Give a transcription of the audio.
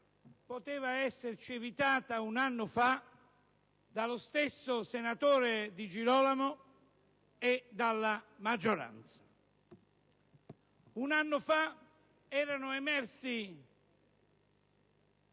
poteva esserci evitata un anno fa dallo stesso senatore Di Girolamo e dalla maggioranza. Un anno fa erano emersi